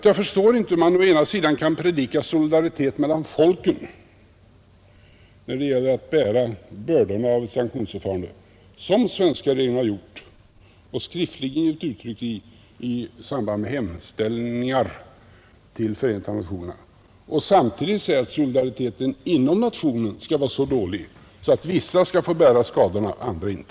Jag förstår inte att man å ena sidan kan predika solidaritet mellan folken när det gäller att bära bördorna av ett sanktionsförfarande, som svenska regeringen skriftligen har gjort i samband med hemställningar till Förenta nationerna, och å andra sidan säga att solidariteten inom en nation är så dålig att vissa skall få bära förlusterna av skadorna, andra inte.